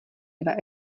dva